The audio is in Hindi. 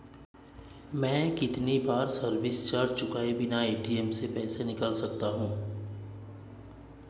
मैं कितनी बार सर्विस चार्ज चुकाए बिना ए.टी.एम से पैसे निकाल सकता हूं?